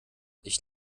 ich